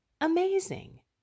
amazing